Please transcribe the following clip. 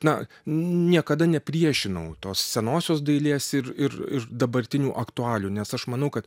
na niekada nepriešinau tos senosios dailės ir ir ir dabartinių aktualijų nes aš manau kad